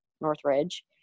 Northridge